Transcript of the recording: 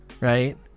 right